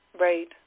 Right